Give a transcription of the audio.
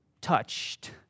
touched